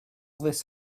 this